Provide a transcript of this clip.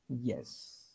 Yes